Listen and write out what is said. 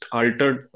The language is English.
altered